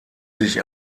sich